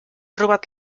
robat